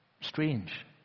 Strange